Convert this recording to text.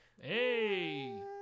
Hey